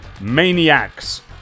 MANIACS